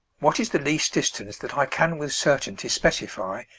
what is the least distance that i can with certainty specify,